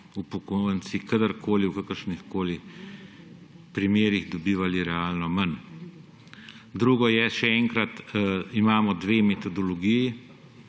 upokojenci kadarkoli v kakršnihkoli primerih dobivali realno manj. Drugo je, še enkrat, imamo dve metodologiji,